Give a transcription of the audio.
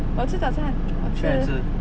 我有吃早餐我吃